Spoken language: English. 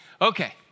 Okay